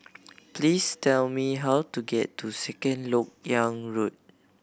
please tell me how to get to Second Lok Yang Road